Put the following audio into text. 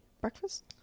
breakfast